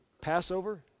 Passover